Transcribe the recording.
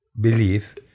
belief